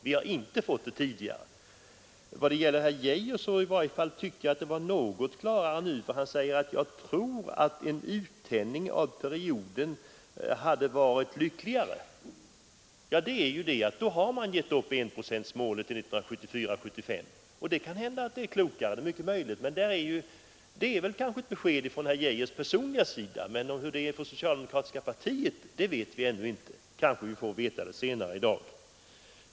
Vi har inte fått det tidigare. Herr Geijers ståndpunkt var något klarare nu, för han sade att han trodde att en uttänjning av perioden hade varit lyckligare. Men då hade man gett upp enprocentsmålet till 1974/75. Det kan hända att det enligt herr Geijers uppfattning är klokare, men detta är ett besked om herr Geijers personliga uppfattning. Vilken inställning det socialdemokratiska partiet har vet vi ännu inte; kanske vi får veta det senare i dag.